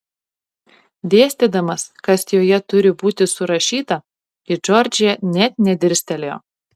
dėstydamas kas joje turi būti surašyta į džordžiją net nedirstelėjo